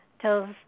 tells